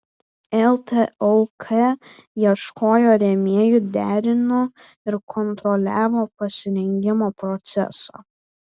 ltok ieškojo rėmėjų derino ir kontroliavo pasirengimo procesą